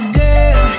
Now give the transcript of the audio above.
girl